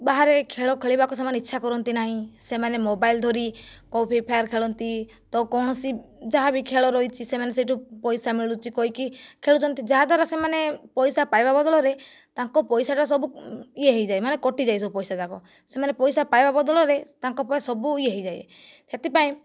ବାହାରେ ଖେଳ ଖେଳିବାକୁ ସେମାନେ ଇଚ୍ଛା କରନ୍ତି ନାହିଁ ସେମାନେ ମୋବାଇଲ୍ ଧରି କେଉଁ ଫ୍ରିଫାୟାର ଖେଳନ୍ତି ତ କୌଣସି ଯାହା ବି ଖେଳ ରହିଛି ସେମାନେ ସେଇଠୁ ପଇସା ମିଳୁଛି କହିକି ଖେଳୁଛନ୍ତି ଯାହାଦ୍ୱାରା ସେମାନେ ପଇସା ପାଇବା ବଦଳରେ ତାଙ୍କ ପଇସାଟା ସବୁ ଇଏ ହୋଇଯାଏ ମାନେ କଟିଯାଏ ସବୁ ପଇସା ଯାକ ସେମାନେ ପଇସା ପାଇବା ବଦଳରେ ତାଙ୍କ ପାଖେ ସବୁ ଇଏ ହେଇଯାଏ ସେଥିପାଇଁ